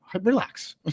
relax